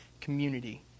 community